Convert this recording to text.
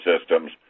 systems